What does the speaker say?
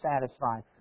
satisfied